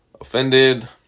offended